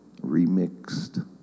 remixed